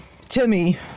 Timmy